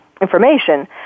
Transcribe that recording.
information